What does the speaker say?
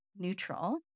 neutral